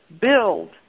Build